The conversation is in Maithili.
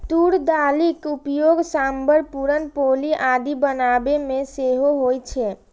तूर दालिक उपयोग सांभर, पुरन पोली आदि बनाबै मे सेहो होइ छै